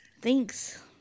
Thanks